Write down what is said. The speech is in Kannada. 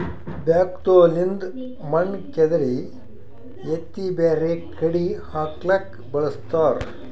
ಬ್ಯಾಕ್ಹೊ ಲಿಂದ್ ಮಣ್ಣ್ ಕೆದರಿ ಎತ್ತಿ ಬ್ಯಾರೆ ಕಡಿ ಹಾಕ್ಲಕ್ಕ್ ಬಳಸ್ತಾರ